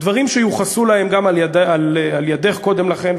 דברים שיוחסו להם גם על-ידך קודם לכן,